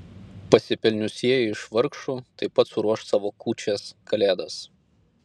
pasipelniusieji iš vargšų taip pat suruoš savo kūčias kalėdas